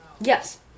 Yes